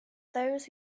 those